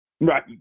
Right